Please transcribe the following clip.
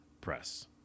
press